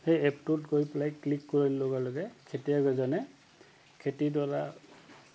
সেই এপটোত গৈ পেলাই ক্লিক কৰি লগে লগে খেতিয়কজনে খেতিডৰা